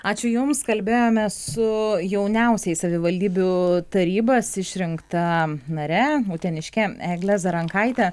ačiū jums kalbėjome su jauniausiais savivaldybių tarybas išrinkta nare uteniškė egle zarankaite